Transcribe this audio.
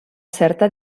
certa